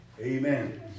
Amen